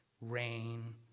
rain